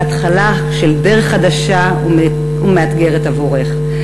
על התחלה של דרך חדשה ומאתגרת עבורך.